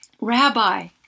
Rabbi